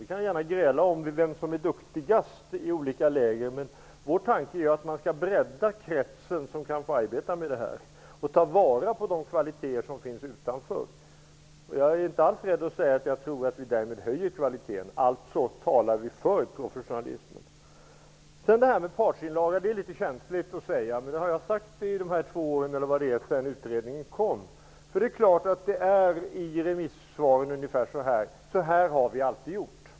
Vi kan gärna gräla om vem som är duktigast i olika läger, men vår tanke är att man skall bredda den krets som skall arbeta med detta och ta vara på de kvaliteter som finns utanför. Jag är inte alls rädd för att säga att jag tror vi därmed höjer kvaliteten. Alltså talar vi för professionalismen. Det är litet känsligt att tala om partsinlagan, men jag har sedan utredningen kom -- för två år sedan eller när det var -- talat om den. Lydelsen i remissvaren är ungefär: Så här har vi alltid gjort.